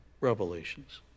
revelations